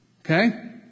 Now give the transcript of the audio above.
Okay